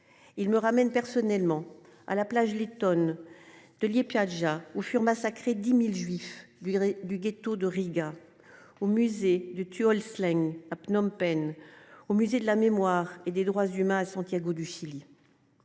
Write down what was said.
Il me ramène personnellement à la plage Lytton. De lier Piazza où furent massacrés 10.000 juifs lui du ghetto de Riga. Au musée de Tuol Sleng à Phnom-Penh au musée de la mémoire et des droits humains à Santiago du Chili.